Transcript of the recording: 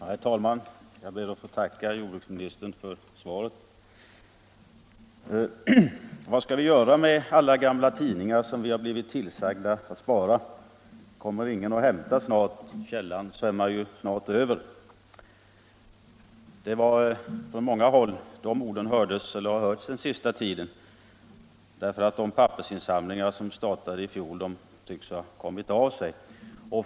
Herr talman! Jag ber att få tacka jordbruksministern för svaret. ”Vad skall vi göra med alla gamla tidningar som vi har blivit tillsagda att spara? Kommer ingen och hämtar dem? Källaren svämmar ju snart över.” Det är från många håll som de orden hörts den senaste tiden därför att de pappersinsamlingar som startades i fjol tycks ha kommit av sig.